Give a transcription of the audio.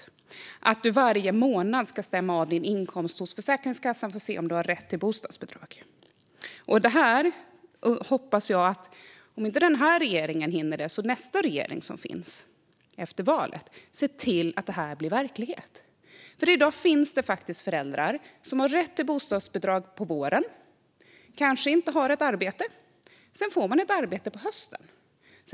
Man ska varje månad stämma av sin inkomst hos Försäkringskassan för att se om man har rätt till bostadsbidrag. Om inte denna regering hinner göra det hoppas jag att nästa regering efter valet ser till att det här blir verklighet. I dag finns det föräldrar som har rätt till bostadsbidrag på våren. De har kanske inte något arbete. Men sedan får de ett arbete på hösten.